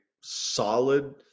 solid –